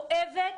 כואבת,